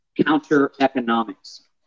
counter-economics